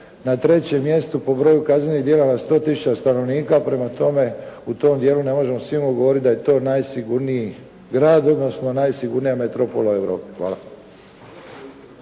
na trećem mjestu po broju kaznenih djela na 100 tisuća stanovnika, prema tome, u tom djelu ne možemo svima govoriti da je to najsigurniji grad, odnosno najsigurnija metropola u Europi. Hvala.